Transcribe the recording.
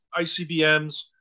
ICBMs